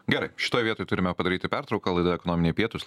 gerai šitoj vietoj turime padaryti pertrauką laida ekonominiai pietūs